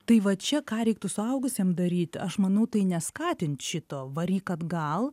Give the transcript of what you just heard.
tai va čia ką reiktų suaugusiem daryt aš manau tai neskatint šito varyk atgal